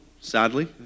sadly